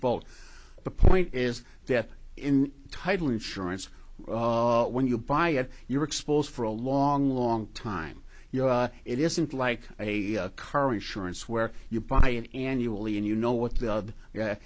d the point is that in title insurance when you buy it you're exposed for a long long time you know it isn't like a car insurance where you buy an annually and you know what the